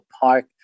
Park